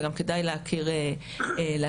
וכדאי גם להכיר אותם.